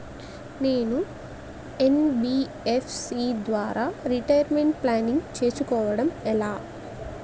నేను యన్.బి.ఎఫ్.సి ద్వారా retirement planning చేసుకోవడం ఎలా?